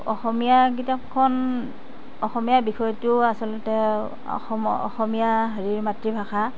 অসমীয়া কিতাপখন অসমীয়া বিষয়টো আচলতে অসমীয়া হেৰি মাতৃভাষা